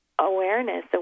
Awareness